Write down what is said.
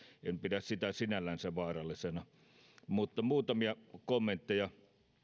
en pidä sitä sinällänsä vaarallisena muutamia kommentteja